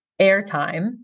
airtime